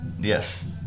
Yes